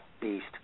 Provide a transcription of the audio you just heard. beast